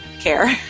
care